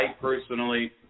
personally